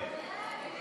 נתוני